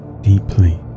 deeply